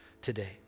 today